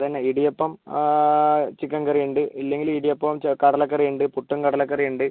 ഇതന്നെ ഇടിയപ്പം chicken curry ഉണ്ട് ഇല്ലെങ്കിൽ ഇടിയപ്പം കടലക്കറി ഉണ്ട് പുട്ടും കടലക്കറി ഉണ്ട്